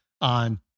on